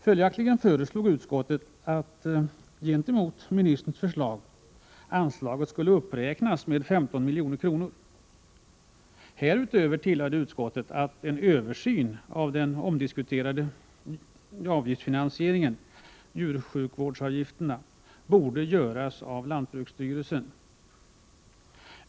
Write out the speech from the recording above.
Följaktligen föreslog utskottet att gentemot ministerns förslag anslaget skulle uppräknas med 15 milj.kr. Härutöver tillade utskottet att en översyn av den omdiskuterade avgiftsfinansieringen borde göras av lantbruksstyrelsen.